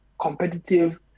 competitive